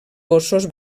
gossos